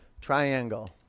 triangle